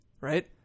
Right